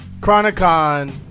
Chronicon